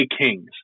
Kings